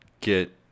get